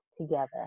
together